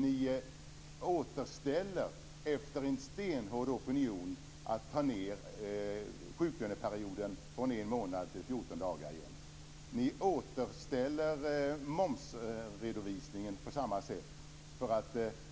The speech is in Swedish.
Ni återställer, påverkade av en stenhård opinion, sjuklöneperioden, så att den åter minskar från en månad till 14 dagar. På samma sätt återställer ni momsredovisningen, eftersom